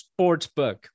Sportsbook